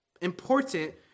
important